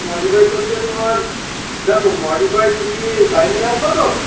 modify করতে তোমার দেখো মডিফাই তুমি গাড়ি নিয়ে আসবে তো